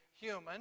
human